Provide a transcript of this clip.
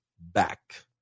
back